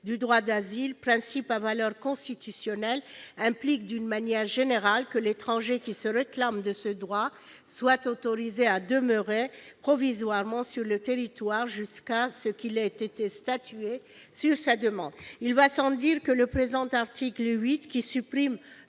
du droit d'asile, principe à valeur constitutionnelle, implique, d'une manière générale, que l'étranger qui se réclame de ce droit soit autorisé à demeurer provisoirement sur le territoire jusqu'à ce qu'il ait été statué sur sa demande. Il va sans dire que le présent article 8, qui supprime